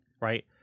right